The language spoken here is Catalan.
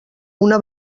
una